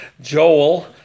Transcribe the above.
Joel